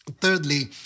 Thirdly